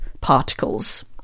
particles